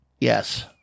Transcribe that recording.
Yes